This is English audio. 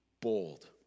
bold